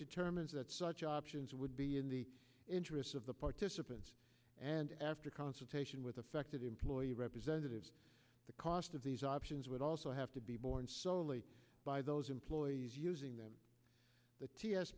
determines that such options would be in the interests of the participants and after consultation with affected employer representatives the cost of these options would also have to be borne solely by those employees using them the t s